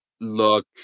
look